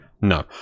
No